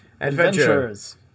Adventures